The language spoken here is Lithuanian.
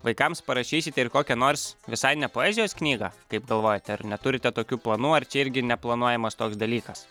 vaikams parašysite ir kokią nors visai ne poezijos knygą kaip galvojate ar neturite tokių planų ar čia irgi neplanuojamas toks dalykas